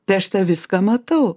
tai aš tą viską matau